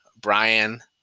Brian